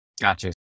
Gotcha